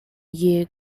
year